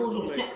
כל הדברים האלה?